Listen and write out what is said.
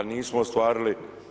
nismo ostvarili.